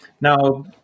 Now